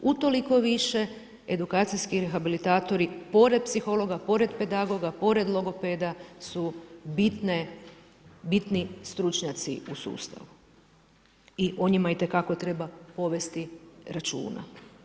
Utoliko više edukacijski rehabilitatori, pored psihologa, pored pedagoga, pored logopeda, su bitni stručnjaci u sustavu i o njima itekako treba povesti računa.